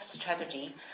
strategy